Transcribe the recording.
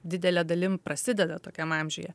didele dalim prasideda tokiam amžiuje